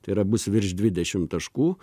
tai yra bus virš dvidešim taškų